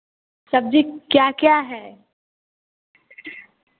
सब्जी क्या क्या है